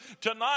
tonight